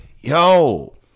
yo